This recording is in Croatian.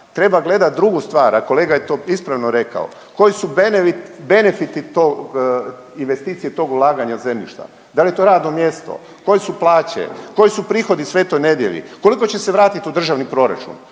treba gledati drugu stvar, a kolega je to ispravno rekao, koji su benefiti tog investicije tog ulaganja zemljišta. Da li je to radno mjesto, koje su plaće, koji su prihodi Svetoj Nedelji, koliko će se vratiti u državni proračun,